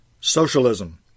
socialism